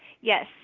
Yes